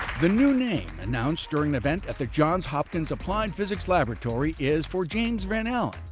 the new name, announced during an event at the john hopkins applied physics laboratory, is for james van allen,